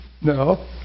No